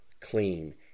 clean